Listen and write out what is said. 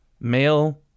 male